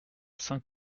saint